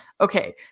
okay